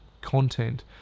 content